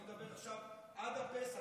אני מדבר עכשיו על פסח,